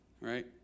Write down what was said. right